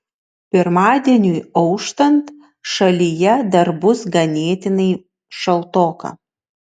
pirmadieniui auštant šalyje dar bus ganėtinai šaltoka